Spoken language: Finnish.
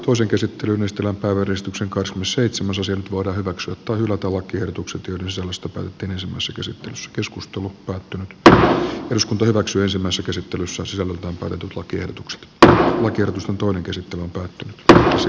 osa käsitteli myös tilata yhdistyksen kanssa seitsemäs nyt voidaan hyväksyä tai latova kirjoitukset ylös alas top kymmenes osa hylätä lakiehdotukset joiden sisällöstä päätettiin ensimmäisessä käsittelyssä se on todettu kokeiltu x tänään lukenut jutun käsittely alkoi tänään se